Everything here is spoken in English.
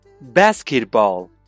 basketball